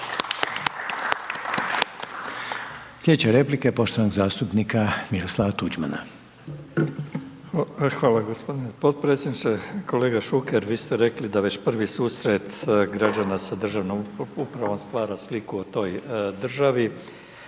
Sljedeća replika je poštovanog zastupnika Miroslava Tuđmana. **Tuđman, Miroslav (HDZ)** Hvala gospodine potpredsjedniče. Kolega Šuker vi ste rekli da već prvi susret građana sa državnom upravom stvara sliku o toj državi,